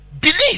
believe